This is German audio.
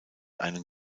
einen